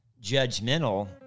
judgmental